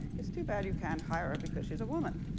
it's too bad you can't hire her, because she's a woman.